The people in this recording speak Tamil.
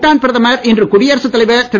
பூடான் பிரதமர் இன்று குடியரசுத் தலைவர் திரு